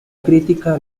crítica